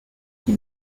qui